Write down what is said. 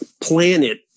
planet